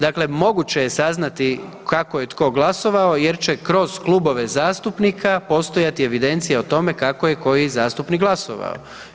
Dakle, moguće je saznati kako je tko glasovao jer će kroz klubove zastupnika postojati evidencija o tome kako je koji zastupnik glasovao.